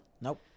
Nope